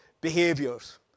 behaviors